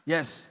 Yes